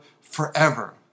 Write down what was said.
forever